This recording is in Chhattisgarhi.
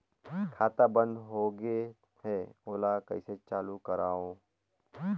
खाता बन्द होगे है ओला कइसे चालू करवाओ?